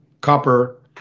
copper